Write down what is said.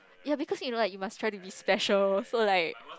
ya because you know like you must try to be special so like